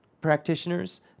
practitioners